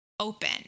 Open